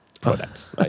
products